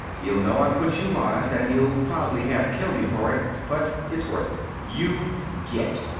he'll know i put you wise, and he'll prob'ly half kill me for it. but it's worth it. you get.